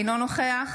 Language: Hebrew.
אינו נוכח